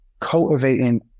cultivating